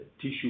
tissue